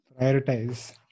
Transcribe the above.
Prioritize